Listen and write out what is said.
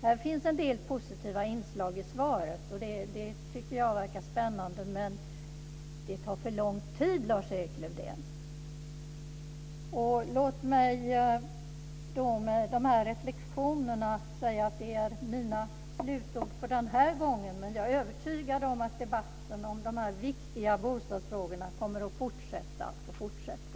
Här finns en del positiva inslag i svaret, och det tycker jag verkar spännande, men det tar för lång tid, Låt mig med dessa reflexioner säga att detta är mina slutord för denna gång, men jag är övertygad om att debatten om dessa viktiga bostadsfrågor kommer att fortsätta och fortsätta.